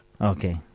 Okay